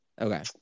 Okay